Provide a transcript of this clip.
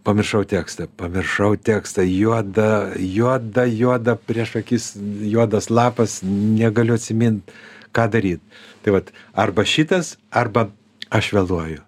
pamiršau tekstą pamiršau tekstą juoda juoda juoda prieš akis juodas lapas negaliu atsimint ką daryt tai vat arba šitas arba aš vėluoju